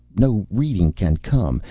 no reading can come.